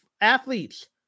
athletes